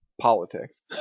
politics